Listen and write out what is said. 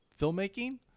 filmmaking